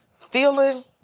feeling